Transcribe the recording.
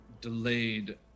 delayed